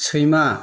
सैमा